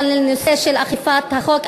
אלא לנושא של אכיפת החוק.